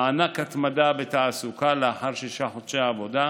מענק התמדה בתעסוקה לאחר שישה חודשי עבודה,